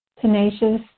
tenacious